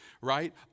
right